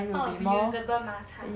orh reusable mask !huh!